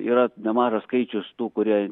yra nemažas skaičius tų kurie